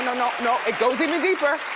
no, no, no. it goes even deeper.